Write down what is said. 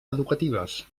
educatives